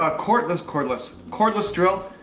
ah cordless, cordless, cordless drill.